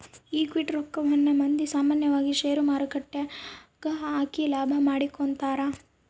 equity ರಕ್ಕವನ್ನ ಮಂದಿ ಸಾಮಾನ್ಯವಾಗಿ ಷೇರುಮಾರುಕಟ್ಟೆಗ ಹಾಕಿ ಲಾಭ ಮಾಡಿಕೊಂತರ